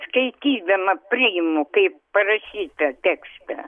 skaitydama priimu kaip parašyta tekstą